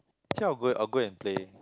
actually I'll go I'll go and play